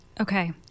Okay